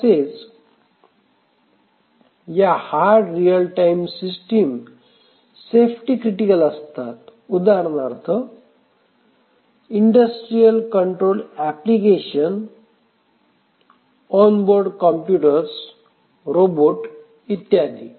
तसेच या hard real time system safety critical असतात उदाहरणार्थ industrial control application on board computer robot इत्यादी